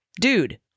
dude